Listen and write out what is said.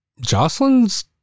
jocelyn's